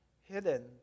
hidden